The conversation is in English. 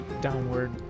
downward